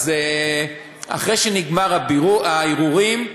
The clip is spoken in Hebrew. אז אחרי שנגמרים הערעורים,